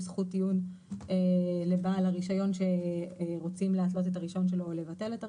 זכות טיעון לבעל הרישיון שאת רישיונו רוצים להתלות או לבטל.